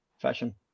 fashion